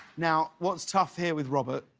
now what's tough here with robert,